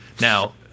now –